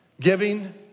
Giving